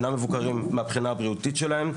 אינם מבוקרים מהבחינה הבריאותית שלהם,